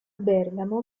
bergamo